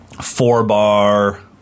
four-bar